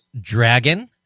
dragon